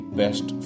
best